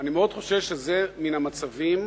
אני מאוד חושש שזה מן המצבים